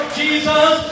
jesus